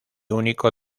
único